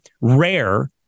rare